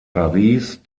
paris